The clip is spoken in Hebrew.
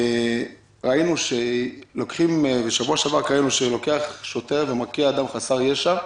לאחרונה ראינו שוטר מכה אדם חסר ישע.